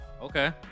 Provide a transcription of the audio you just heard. Okay